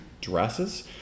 dresses